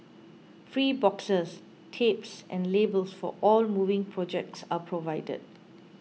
free boxes tapes and labels for all moving projects are provided